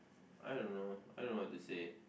I don't know I don't know what to say